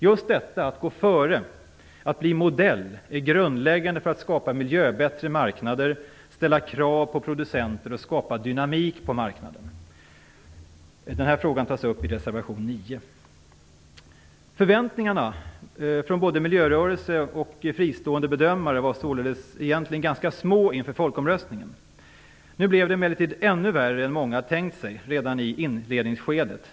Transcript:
Just detta att gå före, att bli modell, är grundläggande för att skapa "miljöbättre" marknader, ställa krav på producenter och skapa dynamik på marknaden. Denna fråga tas upp i reservation 9. Förväntningarna från både miljörörelsen och fristående bedömare var således egentligen ganska små inför folkomröstningen. Det blev emellertid ännu värre än många tänkt sig redan i inledningsskedet.